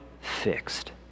fixed